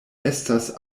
estas